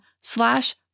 slash